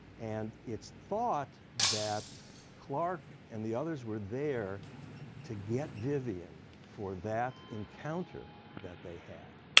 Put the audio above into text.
and it's thought that clark and the others were there to get vivian for that encounter that they had.